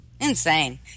Insane